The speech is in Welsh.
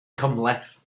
cymhleth